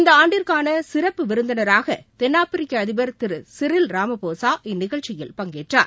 இந்த ஆண்டிற்கான சிறப்பு விருந்தினராக தென்னாப்பிரிக்க அதிபர் திரு சிரில் ராமபோசா இந்த நிகழ்ச்சியில் பங்கேற்றார்